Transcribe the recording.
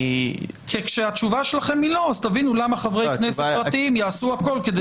כי כשהתשובה שלכם היא "לא" תבינו למה חברי כנסת פרטיים יעשו הכול כדי